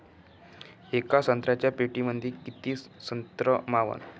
येका संत्र्याच्या पेटीमंदी किती संत्र मावन?